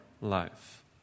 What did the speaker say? life